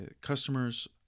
Customers